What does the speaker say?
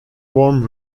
worm